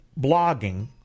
blogging